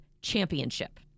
championship